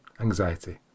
anxiety